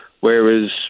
Whereas